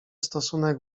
stosunek